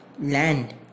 land